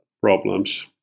problems